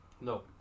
No